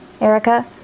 Erica